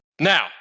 now